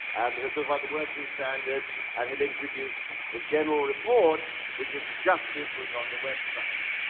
and he'll talk about the working standards and he'll introduce the general report which has just been put on the website.